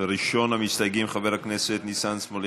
ראשון המסתייגים, חבר הכנסת ניסן סלומינסקי.